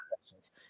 questions